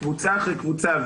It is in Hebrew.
קבוצה אחרי קבוצה,